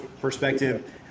perspective